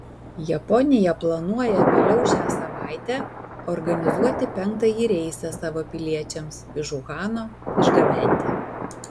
japonija planuoja vėliau šią savaitę organizuoti penktąjį reisą savo piliečiams iš uhano išgabenti